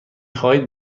خواهید